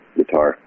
guitar